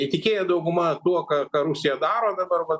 įtikėję dauguma tuo ką ką rusija daro dabar vat